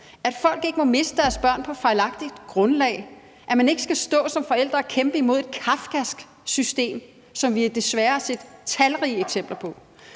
at folk ikke må miste deres børn på et fejlagtigt grundlag; at man ikke skal stå som forældre og kæmpe imod et kafkask system, som vi desværre har set talrige eksempler på.